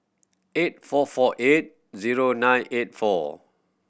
eight four four eight zero nine eight four